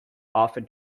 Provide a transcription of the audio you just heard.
often